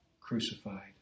crucified